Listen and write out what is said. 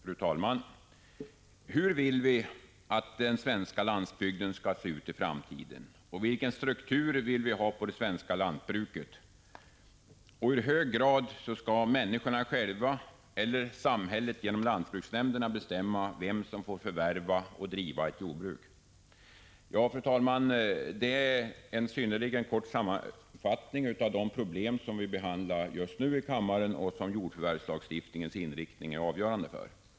Fru talman! Hur vill vi att den svenska landsbygden skall se ut i framtiden, och vilken struktur vill vi att det svenska lantbruket skall ha? I hur hög grad skall människorna själva eller samhället genom lantbruksnämnderna bestämma vem som får förvärva och driva ett jordbruk? Ja, fru talman, det är en synnerligen kort sammanfattning av de problem vi behandlar just nu här i kammaren och som jordförvärvslagstiftningens inriktning är avgörande för.